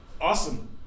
Awesome